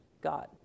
God